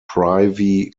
privy